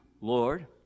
Lord